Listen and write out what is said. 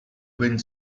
wind